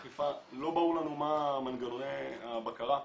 לא ברור לנו מה מנגנוני הבקרה,